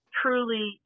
truly